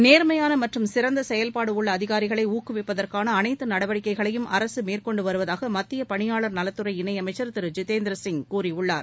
நேர்மையான மற்றும் சிறந்த செயல்பாடு உள்ள அதிகாரிகளை ஊக்குவிப்பதற்கான அனைத்து நடவடிக்கைகளையும் அரசு மேற்கொண்டு வருவதாக மத்திய பணியாளர் நலத்துறை இணையமைச்ச் திரு ஜிதேந்திர சிங் கூறியுள்ளார்